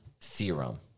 theorem